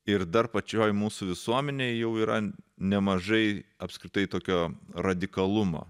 ir dar pačioj mūsų visuomenėj jau yra nemažai apskritai tokio radikalumo